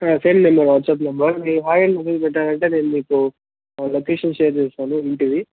ఆ same number WhatsApp number మీరు hi అని మెసేజ్ పెట్టారంటే నేను లొకేషన్ షేర్ చేస్తాను ఇంటిది